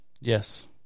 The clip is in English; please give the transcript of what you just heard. Yes